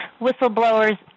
Whistleblower's